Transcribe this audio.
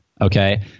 Okay